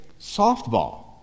softball